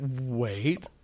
Wait